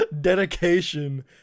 dedication